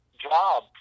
job